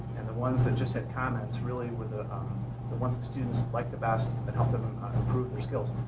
and the ones that just had comments really was ah the ones the students liked the best and helped them improve their skills.